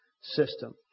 system